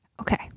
Okay